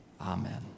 Amen